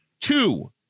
Two